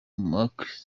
mark